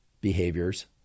behaviors